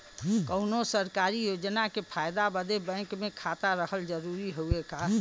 कौनो सरकारी योजना के फायदा बदे बैंक मे खाता रहल जरूरी हवे का?